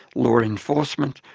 law enforcement,